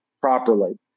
properly